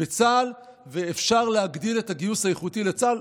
בצה"ל ואפשר להגדיל את הגיוס האיכותי לצה"ל,